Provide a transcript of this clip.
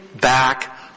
back